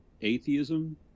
atheism